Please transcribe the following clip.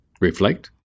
reflect